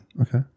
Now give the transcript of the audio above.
Okay